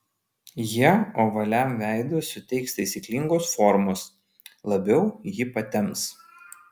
jie ovaliam veidui suteiks taisyklingos formos labiau jį patemps